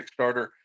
Kickstarter